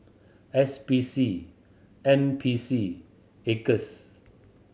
S P C N P C Acres